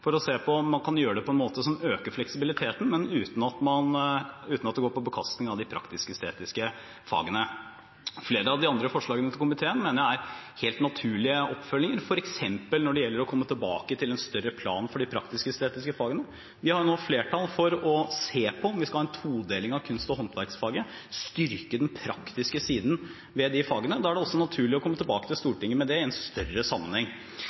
for å se på om man kan gjøre det på en måte som øker fleksibiliteten, men uten at det går på bekostning av de praktisk-estetiske fagene. Flere av de andre forslagene til komiteen mener jeg er helt naturlige oppfølginger, f.eks. når det gjelder å komme tilbake til en større plan for de praktisk-estetiske fagene. Vi har nå flertall for å se på om vi skal ha en todeling av kunst- og håndverksfaget og styrke den praktiske siden ved de fagene. Da er det også naturlig å komme tilbake til Stortinget og ta det i en større sammenheng.